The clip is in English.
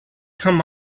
come